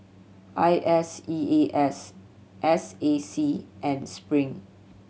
I S E A S S A C and Spring